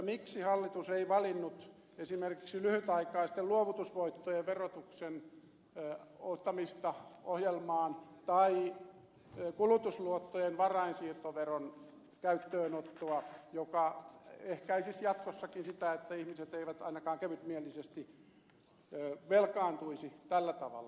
miksi hallitus ei valinnut esimerkiksi lyhytaikaisten luovutusvoittojen verotuksen ottamista ohjelmaan tai kulutusluottojen varainsiirtoveron käyttöönottoa joka edesauttaisi jatkossakin sitä että ihmiset eivät ainakaan kevytmielisesti velkaantuisi tällä tavalla